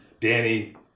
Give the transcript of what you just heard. Danny